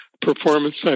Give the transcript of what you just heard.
performance